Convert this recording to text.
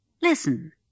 Listen